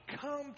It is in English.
Come